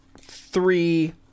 three